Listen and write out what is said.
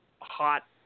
hot